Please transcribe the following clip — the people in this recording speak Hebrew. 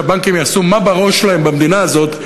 שהבנקים יעשו מה בראש שלהם במדינה הזאת,